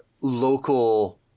local